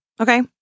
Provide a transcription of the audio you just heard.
Okay